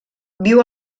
viu